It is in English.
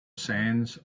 sands